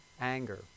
anger